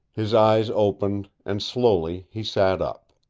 his eyes opened, and slowly he sat up.